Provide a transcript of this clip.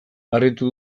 argitu